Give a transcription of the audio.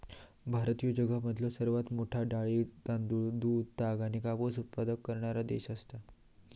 भारत ह्यो जगामधलो सर्वात मोठा डाळी, तांदूळ, दूध, ताग आणि कापूस उत्पादक करणारो देश आसा